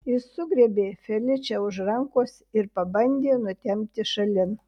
jis sugriebė feličę už rankos ir pabandė nutempti šalin